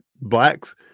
blacks